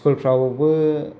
स्कुलफ्रावबो